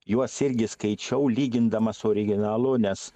juos irgi skaičiau lygindamas su originalu nes